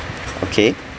okay